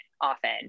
often